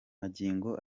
magingo